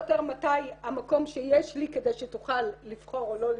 יותר מתי המקום שיש לי כדי שתוכל לבחור או לא לבחור,